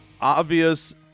obvious